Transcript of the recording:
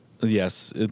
Yes